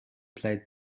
played